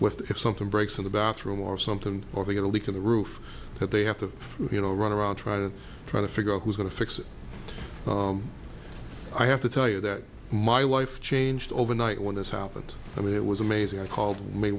what if something breaks in the bathroom or something or they had a leak in the roof that they have to you know run around try to try to figure out who's going to fix it i have to tell you that my life changed overnight when this happened i mean it was amazing i called m